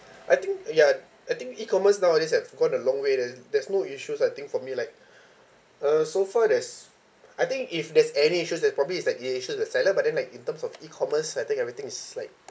I think ya I think E_commerce nowadays have gone a long way there there's no issues I think for me like uh so far there's I think if there's any issues that's probably it's like the issue with seller but then like in terms of E_commerce I think everything is like